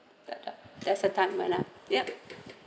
the there's a time when I yup